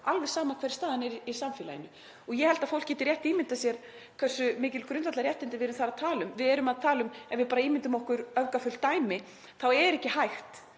alveg sama hver staðan er í samfélaginu og ég held að fólk geti rétt ímyndað sér hversu mikil grundvallarréttindi við erum þar að tala um. Ef við ímyndum okkur öfgafullt dæmi þá er ekki hægt